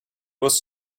was